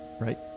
Right